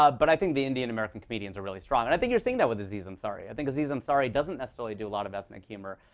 ah but i think the indian american comedians are really strong. and i think you're seeing that with aziz ansari. i think aziz ansari doesn't necessarily do a lot of ethnic humor.